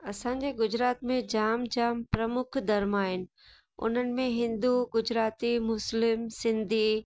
असांजे गुजरात में जाम जाम प्रमुख धर्म आहिनि हुननि में हिंदु गुजराती मुस्लिम्स सिंधी